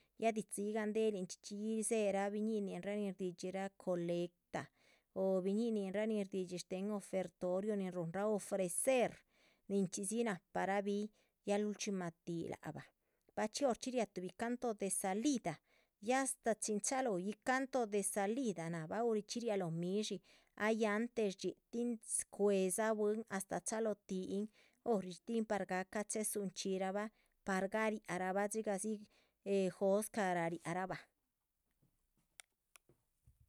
Ya didzi yih gandelin chxí, chxí chxí yih dzéhera biñíninraa nin shdidxírah coleta, o biñíninraa nin shdidxíraa shtéhen ofertorio nin ruhun ofrecer. ninchxí dzi nahpara bih ya lulchximah tih lac bah, bachxí orchxí riáh tuhbi canto de salida ya astah chin chalóho yih canto de salida nahba horichxí. riáha lóho midshí ay antes dxí tin cuédza bwín astáh chalóho tihin hor par gahcan chéhe dzunchxí raabah par gariáh rabah dxigah dzi eh jóscah. rariahraabah.